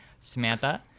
samantha